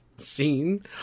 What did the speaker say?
scene